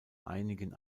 einigen